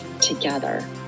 together